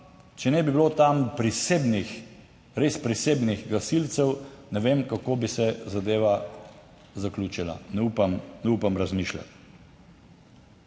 če ne bi bilo tam prisebnih, res prisebnih gasilcev, ne vem kako bi se zadeva zaključila. Ne upam, ne upam